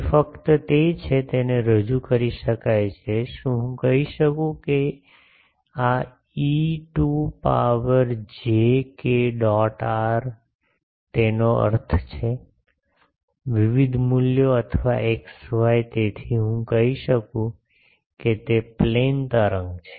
તે ફક્ત તે છે તેને રજૂ કરી શકાય છે શું હું કહી શકું છું કે આ e to power j k dot r તેનો અર્થ છે વિવિધ મૂલ્યો અથવા x y તેથી આ હું કહી શકું તે પ્લેન તરંગ છે